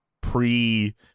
pre-